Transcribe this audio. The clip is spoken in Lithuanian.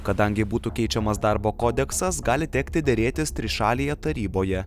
kadangi būtų keičiamas darbo kodeksas gali tekti derėtis trišalėje taryboje